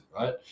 right